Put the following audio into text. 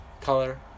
color